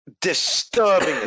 disturbing